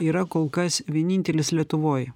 yra kol kas vienintelis lietuvoj